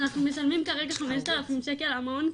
אנחנו משלמים כרגע חמשת אלפים שקל על מעון,